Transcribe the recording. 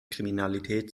kriminalität